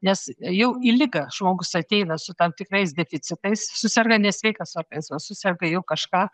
nes jau į ligą žmogus ateina su tam tikrais deficitais suserga ne sveikas organizmas suserga jau kažką